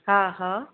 हा हा